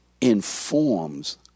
informs